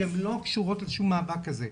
שהן לא קשורות לשום מאבק כזה.